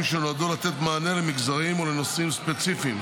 שנועדו לתת מענה למגזרים או לנושאים ספציפיים,